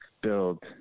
build